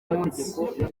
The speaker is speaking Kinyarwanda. munsi